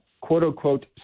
quote-unquote